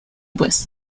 pues